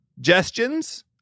gestions